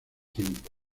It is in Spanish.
tiempo